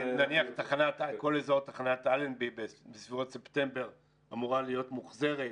נניח כל אזור תחנת אלנבי בסביבות ספטמבר אמורה להיות מוחזרת.